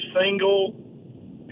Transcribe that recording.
single